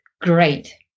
great